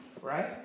right